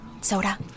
Soda